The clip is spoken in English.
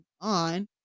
on